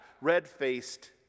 red-faced